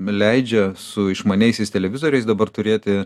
leidžia su išmaniaisiais televizoriais dabar turėti